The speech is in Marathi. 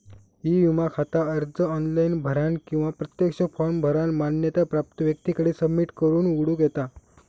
ई विमा खाता अर्ज ऑनलाइन भरानं किंवा प्रत्यक्ष फॉर्म भरानं मान्यता प्राप्त व्यक्तीकडे सबमिट करून उघडूक येता